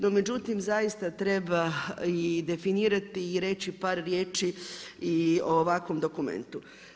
No međutim, zaista treba i definirati i reći par riječi i o ovakvom dokumentu.